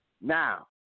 Now